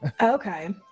Okay